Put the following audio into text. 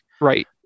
right